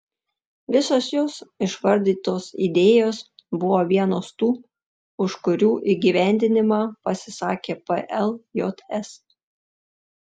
visos jos išvardytos idėjos buvo vienos tų už kurių įgyvendinimą pasisakė pljs